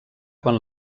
quan